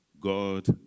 God